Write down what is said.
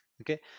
Okay